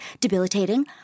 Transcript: debilitating